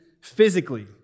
physically